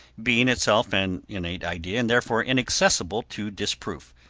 being itself an innate idea and therefore inaccessible to disproof,